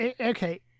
okay